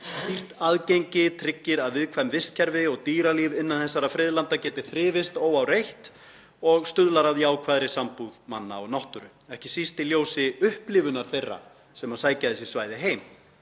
Stýrt aðgengi tryggir að viðkvæm vistkerfi og dýralíf innan þessara friðlanda geti þrifist óáreitt og stuðlar að jákvæðri sambúð manna og náttúru, ekki síst í ljósi upplifunar þeirra sem sækja þessi svæði heim